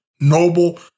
Noble